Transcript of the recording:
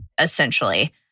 essentially